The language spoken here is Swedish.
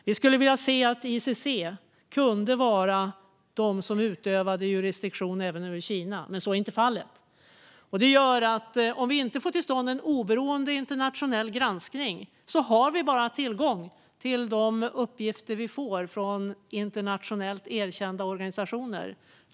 Vi skulle vilja att ICC kunde utöva jurisdiktion även över Kina. Så är inte fallet i dag, och det gör att om vi inte får till stånd en oberoende internationell granskning har vi bara tillgång till de uppgifter vi får från internationellt erkända organisationer.